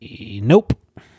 Nope